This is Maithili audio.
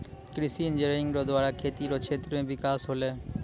कृषि इंजीनियरिंग रो द्वारा खेती रो क्षेत्र मे बिकास होलै